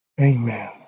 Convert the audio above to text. Amen